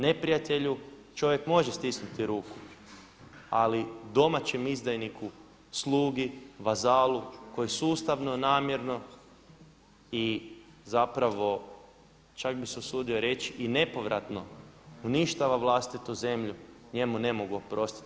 Neprijatelju čovjek može stisnuti ruku ali domaćem izdajniku, slugi, vazalu koji sustavno, namjerno i zapravo čak bih se usudio reći i nepovratno uništava vlastitu zemlju njemu ne mogu oprostiti.